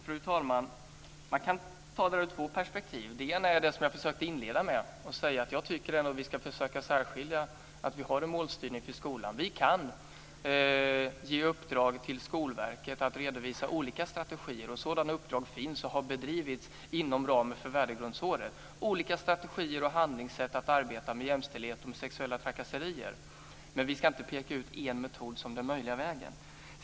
Fru talman! Man kan se detta i två perspektiv. Det ena är det som jag försökte inleda med att säga, nämligen att jag tycker att vi ska försöka särskilja detta med att vi har en målstyrning för skolan. Vi kan ge i uppdrag till Skolverket att redovisa olika strategier. Sådana uppdrag finns också, och de har bedrivits inom ramen för värdegrundsåret. Man kan ha olika strategier och handlingssätt för att arbeta med jämställdhet och sexuella trakasserier. Men vi ska inte peka ut en metod som den möjliga vägen.